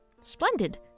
Splendid